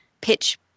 pitch